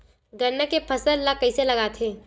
गन्ना के फसल ल कइसे लगाथे?